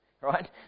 right